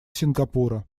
сингапура